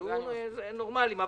תהיו נורמליים.